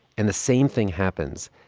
and the same thing happens,